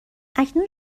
اکنون